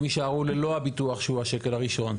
יישארו ללא הביטוח שהוא השקל הראשון.